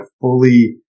fully